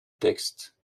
texte